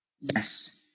Yes